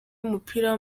w’umupira